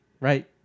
right